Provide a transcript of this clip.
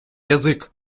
язик